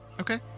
Okay